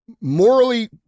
morally